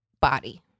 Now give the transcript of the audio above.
Body